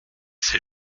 c’est